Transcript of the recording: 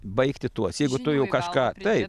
baigti tuos jeigu tu jau kažką taip